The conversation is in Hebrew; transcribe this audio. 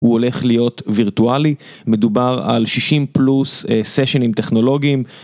הוא הולך להיות וירטואלי, מדובר על 60 פלוס סשנים טכנולוגיים.